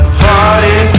party